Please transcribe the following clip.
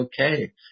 okay